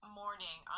morning